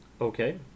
Okay